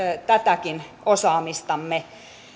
tätäkin osaamistamme